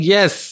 Yes